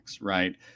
right